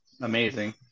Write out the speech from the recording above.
amazing